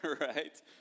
right